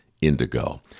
indigo